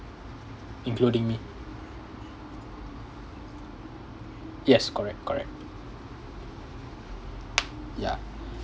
including me yes correct correct ya